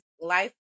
life